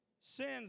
Sins